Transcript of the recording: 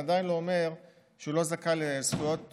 זה עדיין לא אומר שהוא לא זכאי לזכויות